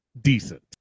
decent